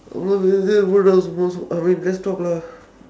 and then what else what else I mean let's talk lah